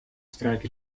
strike